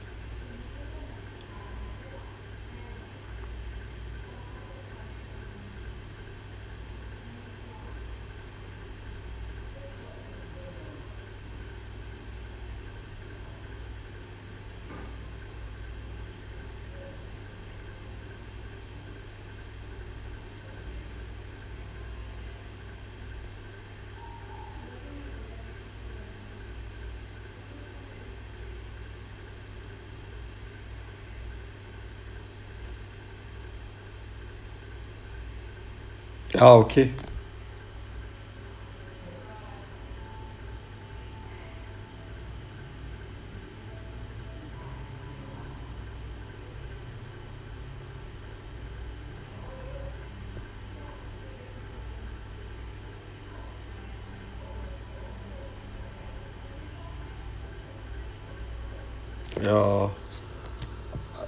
ah okay ya